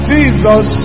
Jesus